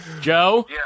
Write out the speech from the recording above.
Joe